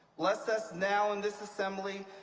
bless us now in this assembly,